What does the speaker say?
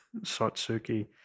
Satsuki